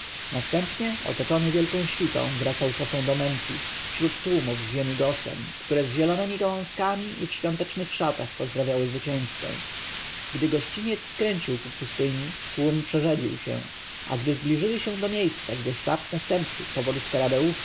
następnie otoczony wielką świtą wracał szosą do memfis wśród tłumów z ziemi gosen które z zielonemi gałązkami i w świątecznych szatach pozdrawiały zwycięzcę gdy gościniec skręcił ku pustyni tłum przerzedził się a